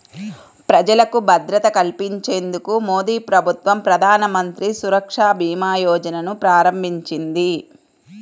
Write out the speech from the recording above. ప్రజలకు భద్రత కల్పించేందుకు మోదీప్రభుత్వం ప్రధానమంత్రి సురక్షభీమాయోజనను ప్రారంభించింది